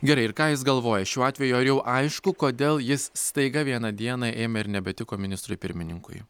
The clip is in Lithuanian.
gerai ir ką jis galvoja šiuo atveju ar jau aišku kodėl jis staiga vieną dieną ėmė ir nebetiko ministrui pirmininkui